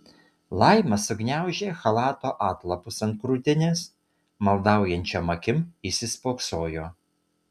laima sugniaužė chalato atlapus ant krūtinės maldaujančiom akim įsispoksojo